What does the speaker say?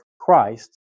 christ